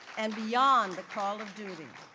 and beyond the call of duty.